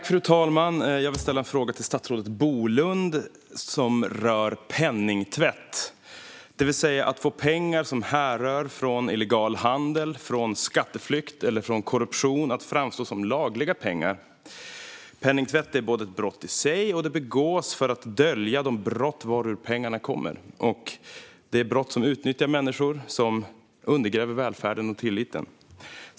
Fru talman! Jag vill ställa en fråga till statsrådet Bolund som rör penningtvätt, det vill säga att få pengar som härrör från illegal handel, från skatteflykt eller från korruption att framstå som lagliga pengar. Penningtvätt är både ett brott i sig och något som begås för att dölja de brott varur pengarna kommer. Det är brott som utnyttjar människor och som undergräver välfärden och tilliten.